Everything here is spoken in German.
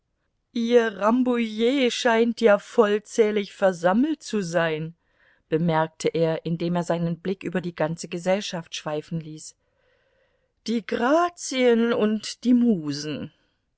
ihr rambouillet scheint ja vollzählig versammelt zu sein bemerkte er indem er seinen blick über die ganze gesellschaft schweifen ließ die grazien und die musen